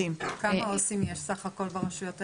כמה עו"סים יש סך הכל ברשויות האלה?